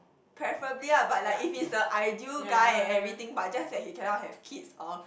preferably ah but like if he's the ideal guy and everything but just that he cannot have kids or